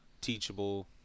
Teachable